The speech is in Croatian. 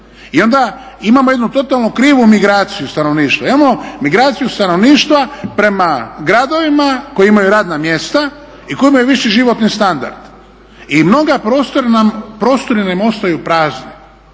I onda imamo jednu totalno krivu migraciju stanovništva. Imamo migraciju stanovništva prema gradovima koji imaju radna mjesta i koja imaju viši životni standard. I mnogi prostori nam ostaju prazni.